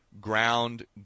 ground